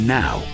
now